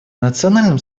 национальным